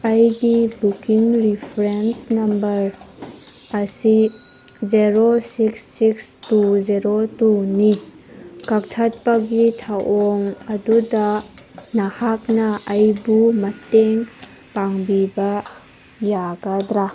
ꯑꯩꯒꯤ booking reference number ꯑꯁꯤ zero six six two zero ꯇꯨꯅꯤ ꯀꯛꯊꯠꯄꯒꯤ ꯊꯧꯑꯣꯡ ꯑꯗꯨꯗ ꯅꯍꯥꯛꯅ ꯑꯩꯕꯨ ꯃꯇꯦꯡ ꯄꯥꯡꯕꯤꯕ ꯌꯥꯒꯗ꯭ꯔ